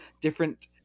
different